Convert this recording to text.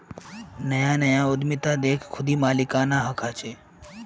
नया नया उद्दमितात एक खुदी मालिकाना हक़ होचे